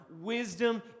Wisdom